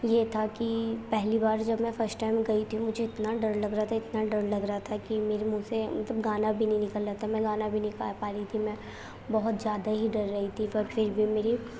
یہ تھا کہ پہلی بار جب میں فسٹ ٹائم گئی تھی مجھے اتنا ڈر لگ رہا تھا اتنا ڈر لگ رہا تھا کہ میرے منھ سے ایک دم گانا بھی نہیں نکل رہا تھا میں گانا بھی نہیں گا پا رہی تھی میں بہت زیادی ہی ڈر رہی تھی پر پھر بھی میری